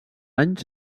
anys